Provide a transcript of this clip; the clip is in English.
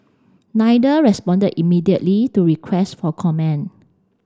neither responded immediately to requests for comment